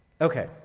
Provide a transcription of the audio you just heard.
Okay